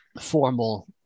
formal